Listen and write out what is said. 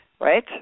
right